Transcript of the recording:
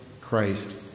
Christ